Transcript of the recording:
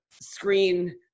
screen